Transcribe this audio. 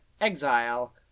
Exile